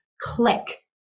Click